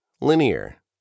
linear